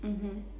mmhmm